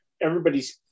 everybody's